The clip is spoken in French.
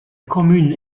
commune